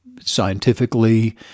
scientifically